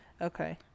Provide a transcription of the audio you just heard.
Okay